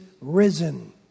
risen